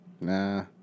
Nah